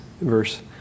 verse